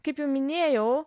kaip jau minėjau